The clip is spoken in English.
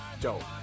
dope